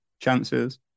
chances